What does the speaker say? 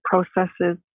processes